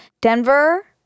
Denver